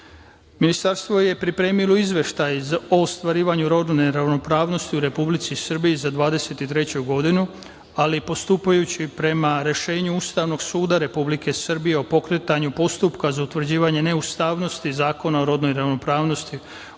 Srbije. Ministarstvo je pripremilo izveštaj o ostvarivanju rodne ravnopravnosti u Republici Srbiji za 2023. godinu, ali postupajući prema rešenju Ustavnog suda Republike Srbije o pokretanju postupka za utvrđivanje neustavnosti Zakona o rodnoj ravnopravnosti,